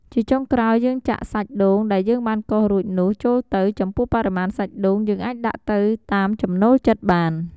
ជាចុងក្រោយ យើងចាក់សាច់ដូងដែលយើងបានកោសរួចនោះចូលទៅ ចំពោះបរិមាណសាច់ដូងយើងអាចដាក់ទៅតាមចំណូលចិត្តបាន។